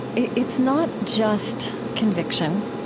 it's not just conviction,